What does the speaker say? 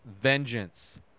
Vengeance